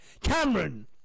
Cameron